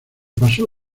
pasó